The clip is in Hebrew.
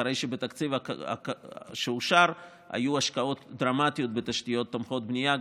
אחרי שבתקציב שאושר היו השקעות דרמטיות בתשתיות תומכות בנייה,